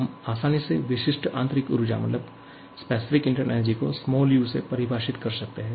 हम आसानी से विशिष्ट आंतरिक ऊर्जा को u से परिभाषित कर सकते हैं